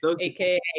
aka